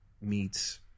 meets